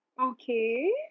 Okay